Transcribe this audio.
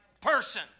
person